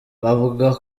bavuga